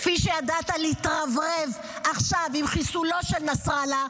כפי שידעת להתרברב עכשיו עם חיסולו של נסראללה,